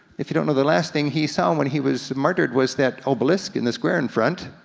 if you don't the last thing he saw when he was murdered, was that obelisk in the square in front,